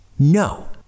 No